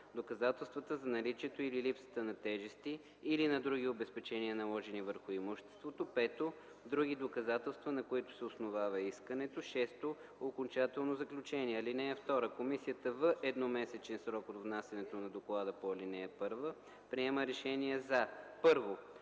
доказателствата за наличието или липсата на тежести или на други обезпечения, наложени върху имуществото; 5. други доказателства, на които се основава искането; 6. окончателно заключение. (2) Комисията в едномесечен срок от внасянето на доклада по ал. 1 приема решение за: